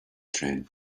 train